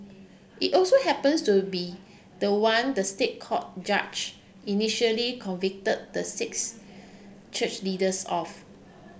it also happens to be the one the State Court judge initially convicted the six church leaders of